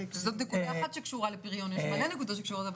לכן יש הבדל בין נתון של שכר לעובד לבין נתון של שכר למשרה.